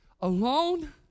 Alone